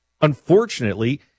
Unfortunately